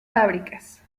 fábricas